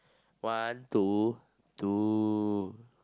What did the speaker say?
one two two